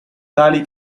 tali